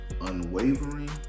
unwavering